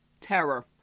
Terror